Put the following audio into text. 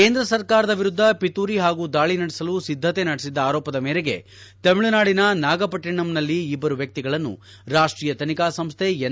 ಕೇಂದ್ರ ಸರ್ಕಾರದ ವಿರುದ್ದ ಪಿತೂರಿ ಹಾಗೂ ದಾಳಿ ನಡೆಸಲು ಸಿದ್ದತೆ ನಡೆಸಿದ್ದ ಆರೋಪದ ಮೇರೆಗೆ ತಮಿಳುನಾಡಿನ ನಾಗಪಟ್ಟನಂನಲ್ಲಿ ಇಬ್ಬರು ವ್ವಿಪ್ರಗಳನ್ನು ರಾಷ್ಟೀಯ ತನಿಖಾ ಸಂಸ್ಥೆ ಎನ್